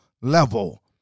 level